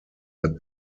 that